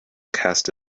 cast